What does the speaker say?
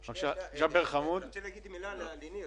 אני רוצה להגיד מילה לניר